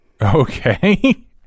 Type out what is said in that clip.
Okay